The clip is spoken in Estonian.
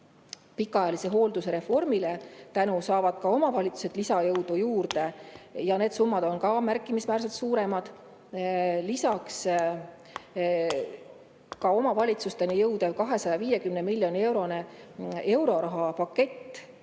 pikaajalise hoolduse reformile saavad ka omavalitsused lisajõudu juurde ja need summad on märkimisväärselt suuremad. Lisaks ka omavalitsusteni jõudev 250 miljoni eurone euroraha pakett,